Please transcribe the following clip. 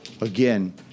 Again